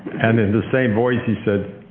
and and the same voice he said,